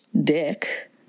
dick